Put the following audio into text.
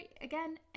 Again